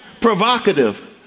provocative